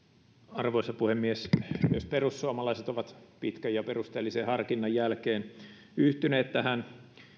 arvoisa puhemies myös perussuomalaiset ovat pitkän ja perusteellisen harkinnan jälkeen yhtyneet tähän